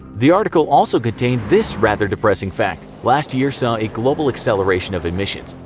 the article also contained this rather depressing fact, last year saw a global acceleration of emissions,